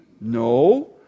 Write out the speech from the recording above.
No